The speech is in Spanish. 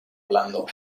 blando